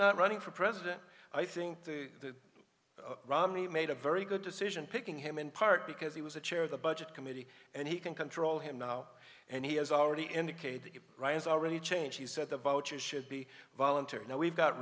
not running for president i think the romney made a very good decision picking him in part because he was a chair of the budget committee and he can control him now and he has already indicated that ryan's already changed he said the voters should be voluntary now we've got